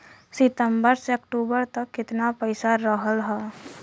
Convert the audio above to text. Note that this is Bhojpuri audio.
सितंबर से अक्टूबर तक कितना पैसा रहल ह?